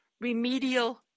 remedial